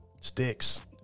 sticks